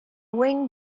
wing